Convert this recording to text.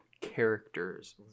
characters